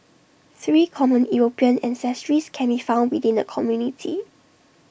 three common european ancestries can be found within the community